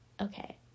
okay